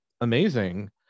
amazing